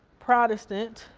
protestant,